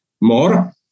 more